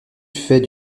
fait